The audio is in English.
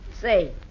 Say